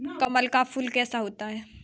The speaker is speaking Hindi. कमल का फूल कैसा होता है?